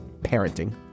Parenting